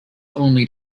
only